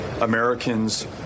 Americans